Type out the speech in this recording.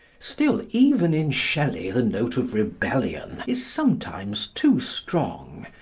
still, even in shelley the note of rebellion is sometimes too strong.